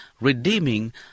redeeming